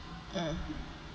uh